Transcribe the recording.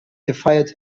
gefeit